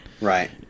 Right